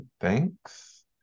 thanks